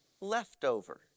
leftover